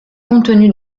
contenue